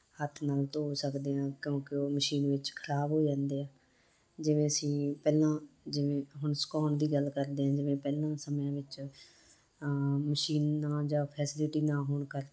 ਹੱਥ ਨਾਲ ਧੋ ਸਕਦੇ ਆ ਕਿਉਂਕਿ ਉਹ ਮਸ਼ੀਨ ਵਿੱਚ ਖ਼ਰਾਬ ਹੋ ਜਾਂਦੇ ਆ ਜਿਵੇਂ ਅਸੀਂ ਪਹਿਲਾਂ ਜਿਵੇਂ ਹੁਣ ਸਕਾਉਣ ਦੀ ਗੱਲ ਕਰਦੇ ਆਂ ਜਿਵੇਂ ਪਹਿਲਾਂ ਸਮਿਆਂ ਵਿੱਚ ਮਸ਼ੀਨਾਂ ਜਾਂ ਫੈਸਲਿਟੀ ਨਾ ਹੋਣ ਕਰਕੇ